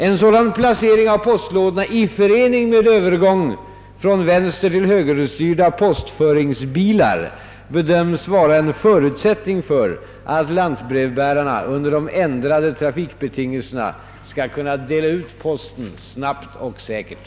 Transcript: En sådan placering av postlådorna i förening med övergång från vänstertill högerstyrda postföringsbilar bedöms vara en förutsättning för att lantbrevbärarna under de ändrade trafikbetingelserna skall kunna dela ut posten snabbt och säkert.